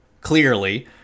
clearly